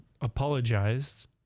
apologized